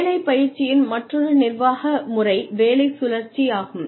வேலை பயிற்சியின் மற்றொரு நிர்வாக முறை வேலை சுழற்சி ஆகும்